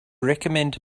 recommend